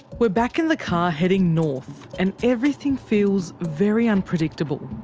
we're back in the car heading north and everything feels very unpredictable.